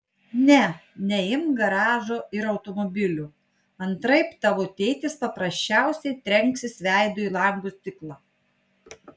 ne neimk garažo ir automobilių antraip tavo tėtis paprasčiausiai trenksis veidu į lango stiklą